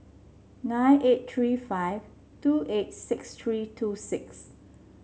nine eight three five two eight six three two six